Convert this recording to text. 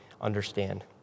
understand